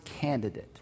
candidate